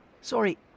Sorry